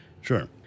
Sure